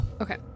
okay